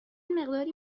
مقداری